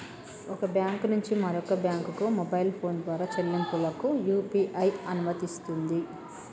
ఒక బ్యాంకు నుంచి మరొక బ్యాంకుకు మొబైల్ ఫోన్ ద్వారా చెల్లింపులకు యూ.పీ.ఐ అనుమతినిస్తుంది